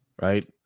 Right